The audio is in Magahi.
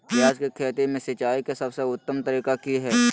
प्याज के खेती में सिंचाई के सबसे उत्तम तरीका की है?